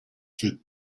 fit